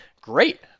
Great